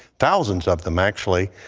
thousands of them, actually.